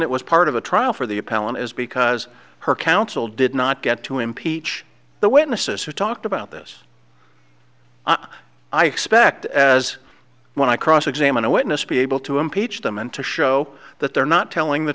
it was part of a trial for the a palin is because her counsel did not get to impeach the witnesses who talked about this i expect as when i cross examine a witness be able to impeach them and to show that they're not telling the